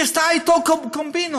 היא עשתה אתו קומבינות.